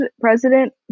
President